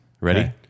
Ready